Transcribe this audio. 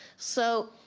so,